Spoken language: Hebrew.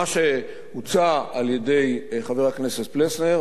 מה שהוצע על-ידי חבר הכנסת פלסנר,